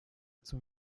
zum